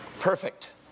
perfect